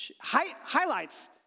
highlights